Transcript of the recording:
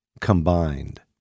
Combined